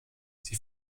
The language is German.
sie